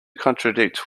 contradict